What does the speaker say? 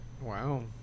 Wow